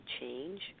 change